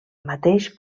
mateix